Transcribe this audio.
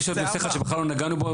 יש עוד נושא אחד שבכלל לא נגענו בו,